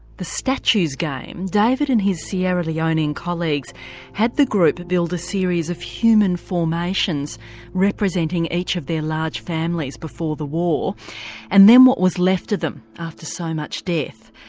the statues game, david and his sierra leonean colleagues had the group build a series of human formations representing each of their large families before the war and then what was left of them after so much death.